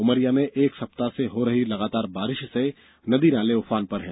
उमरिया में एक सप्ताह से हो रही लगातार बारिष से नदी नाले उफान पर है